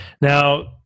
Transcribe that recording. Now